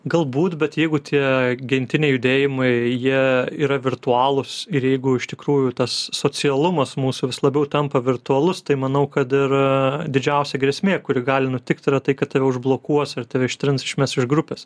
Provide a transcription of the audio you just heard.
galbūt bet jeigu tie gentiniai judėjimai jie yra virtualūs ir jeigu iš tikrųjų tas socialumas mūsų vis labiau tampa virtualus tai manau kad ir didžiausia grėsmė kuri gali nutikt yra tai kad tave užblokuos ir tave ištrins išmes iš grupės